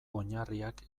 oinarriak